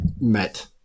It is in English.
met